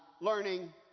learning